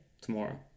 Tomorrow